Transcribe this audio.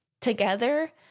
together